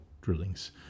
drillings